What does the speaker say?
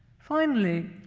finally,